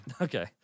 Okay